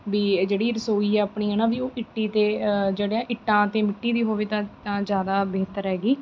ਵੀ ਇਹ ਜਿਹੜੀ ਰਸੋਈ ਆ ਆਪਣੀ ਹੈ ਨਾ ਵੀ ਉਹ ਇੱਟੀ ਅਤੇ ਜਿਹੜੇ ਆ ਇੱਟਾਂ ਅਤੇ ਮਿੱਟੀ ਦੀ ਹੋਵੇ ਤਾ ਤਾਂ ਜ਼ਿਆਦਾ ਬਿਹਤਰ ਹੈਗੀ